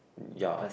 ya